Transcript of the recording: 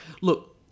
look